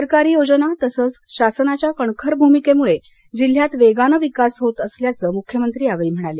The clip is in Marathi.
सरकारी योजना तसंच शासनाच्या कणखर भूमिकेमुळे जिल्ह्यात वेगानं विकास होत असल्याचं मुख्यमंत्री यावेळी म्हणाले